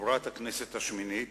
כחברת הכנסת השמינית